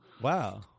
Wow